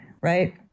right